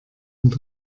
und